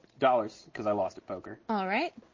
dollars cause i lost at poker. alright.